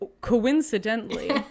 coincidentally